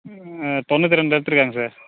ஆ தொண்ணூற்றி ரெண்டு எடுத்திருக்காங்க சார்